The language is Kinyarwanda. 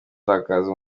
gukaza